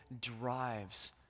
drives